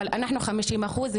אבל אנחנו 50 אחוז,